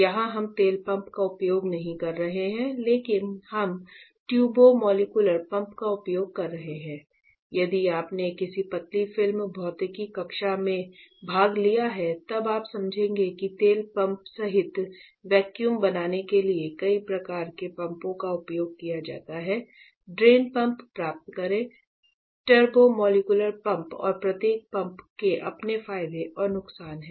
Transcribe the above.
यहां हम तेल पंप का उपयोग नहीं कर रहे हैं लेकिन हम टर्बोमोलेक्यूलर पंप और प्रत्येक पंप के अपने फायदे और नुकसान हैं